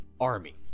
army